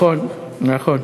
בבקשה.